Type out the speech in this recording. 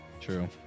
true